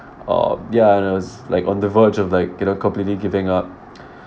uh ya and I was like on the verge of like you know completely giving up